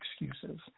excuses